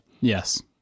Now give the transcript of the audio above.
Yes